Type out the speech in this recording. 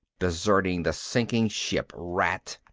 deserting the sinking ship. rat.